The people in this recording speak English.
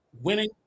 winning